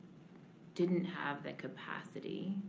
didn't have the capacity,